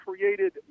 created